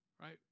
Right